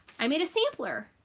i made a sampler